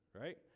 right